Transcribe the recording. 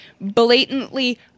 blatantly